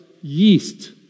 yeast